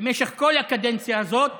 שבמשך כל הקדנציה הזאת